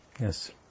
Yes